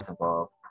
involved